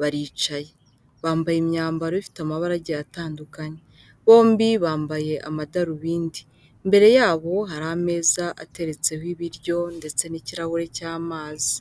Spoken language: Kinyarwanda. baricaye, bambaye imyambaro ifite amabara agiye atandukanye, bombi bambaye amadarubindi, imbere yabo hari ameza ateretseho ibiryo ndetse n'ikirahuri cy'amazi.